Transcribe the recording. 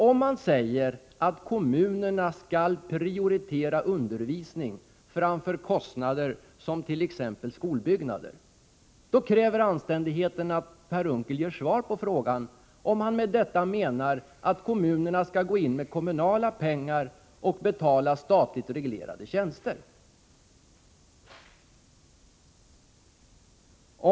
Om man säger att kommunerna skall prioritera undervisning framför kostnader för t.ex. skolbyggnader, kräver anständigheten att man ger svar på frågan om man med detta menar att kommunerna skall gå in med kommunala pengar och betala statligt reglerade tjänster.